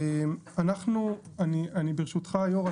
ברשותך היו"ר,